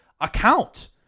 account